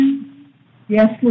Yes